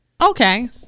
Okay